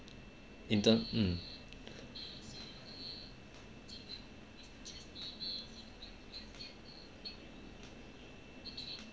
in term mm